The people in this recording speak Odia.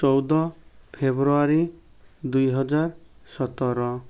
ଚଉଦ ଫେବୃଆରୀ ଦୁଇହଜାର ସତର